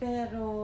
Pero